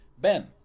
Ben